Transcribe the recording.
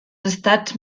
estats